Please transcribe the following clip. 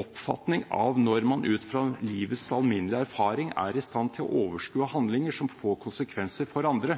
oppfatning av når man ut fra livets alminnelig erfaring er i stand til å overskue handlinger som får konsekvenser for andre.